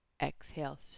Exhale